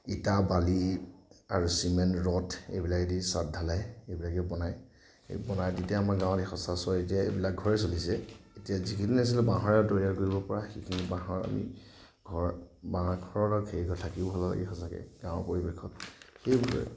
ইটা বালি আৰু চিমেণ্ট ৰদ এইবিলাকেদি চাদ ঢালাই এইবিলাকেই বনায় বনায় এই তেতিয়া আমাৰ গাঁৱত সচৰাচৰ এতিয়া এইবিলাক ঘৰেই চলিছে এতিয়া যিখিনি আচলতে বাঁহৰে তৈয়াৰ কৰিব পৰা সেইখিনি বাঁহৰ আমি ঘৰ বাঁহঘৰত সেইটো থাকিবলৈ সঁচাকে গাঁৱৰ পৰিৱেশত এইবোৰেই আৰু